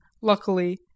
luckily